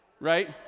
right